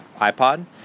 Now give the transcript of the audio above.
iPod